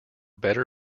better